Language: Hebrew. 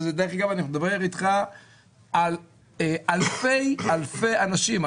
דרך אגב, אני מדבר איתך על אלפי אלפי אנשים.